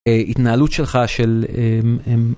התנהלות שלך של